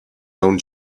own